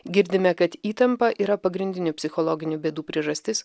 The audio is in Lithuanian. girdime kad įtampa yra pagrindinių psichologinių bėdų priežastis